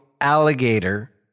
alligator